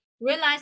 realize